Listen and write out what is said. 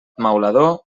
maulador